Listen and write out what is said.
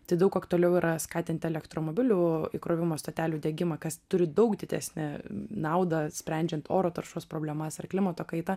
tai daug aktualiau yra skatinti elektromobilių įkrovimo stotelių diegimą kas turi daug didesnę naudą sprendžiant oro taršos problemas ar klimato kaitą